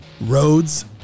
Roads